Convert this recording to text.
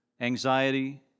anxiety